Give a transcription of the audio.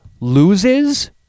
loses